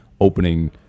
opening